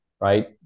right